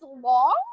long